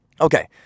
Okay